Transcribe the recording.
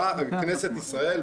ובאה כנסת ישראל,